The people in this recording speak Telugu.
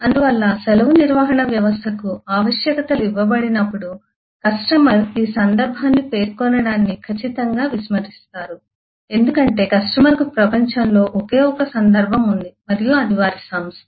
అందువల్ల సెలవు నిర్వహణ వ్యవస్థకు ఆవశ్యకతలు ఇవ్వబడినప్పుడు కస్టమర్ ఈ సందర్భాన్ని పేర్కొనడాన్ని ఖచ్చితంగా విస్మరిస్తారు ఎందుకంటే కస్టమర్కు ప్రపంచంలో ఒకే ఒక సందర్భం ఉంది మరియు అది వారి సంస్థ